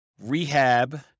Rehab